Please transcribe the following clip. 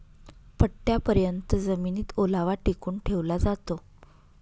पट्टयापर्यत जमिनीत ओलावा टिकवून ठेवला जातो